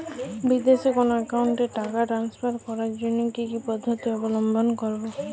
বিদেশের কোনো অ্যাকাউন্টে টাকা ট্রান্সফার করার জন্য কী কী পদ্ধতি অবলম্বন করব?